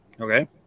Okay